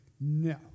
No